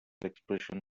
expression